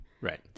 right